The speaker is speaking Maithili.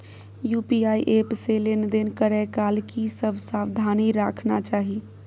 यु.पी.आई एप से लेन देन करै काल की सब सावधानी राखना चाही?